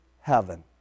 heaven